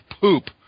poop